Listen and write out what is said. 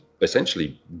essentially